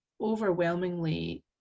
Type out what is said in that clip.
overwhelmingly